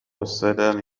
السلام